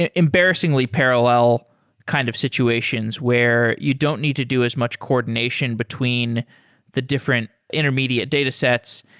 and embarrassingly parallel kind of situations where you don't need to do as much coordination between the different intermediate datasets.